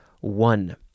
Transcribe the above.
one